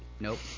Nope